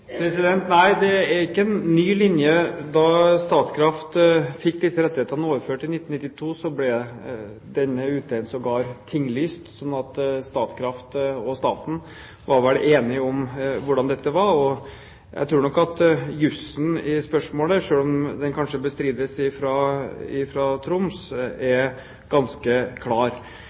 Nei, det er ikke en ny linje. Da Statkraft fikk disse rettighetene overført i 1992, ble denne utleien sågar tinglyst. Så Statkraft og staten var enige om hvordan dette var. Jeg tror nok at jusen i spørsmålet, selv om den kanskje bestrides i Troms, er ganske klar.